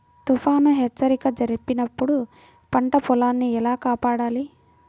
తుఫాను హెచ్చరిక జరిపినప్పుడు పంట పొలాన్ని ఎలా కాపాడాలి?